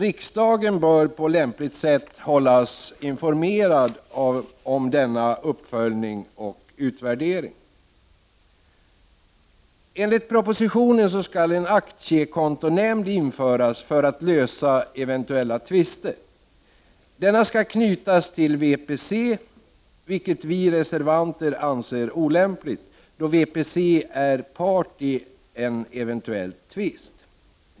Riksdagen bör på lämpligt sätt hållas informerad om denna uppföljning och utvärdering. Enligt propositionen skall en aktiekontonämnd införas för att lösa eventuella tvister. Denna skall knytas till VPC, vilket vi reservanter anser olämpligt, då VPC är part i en eventuell tvist.